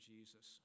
Jesus